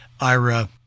IRA